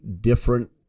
different